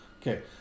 Okay